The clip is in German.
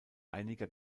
einiger